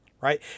Right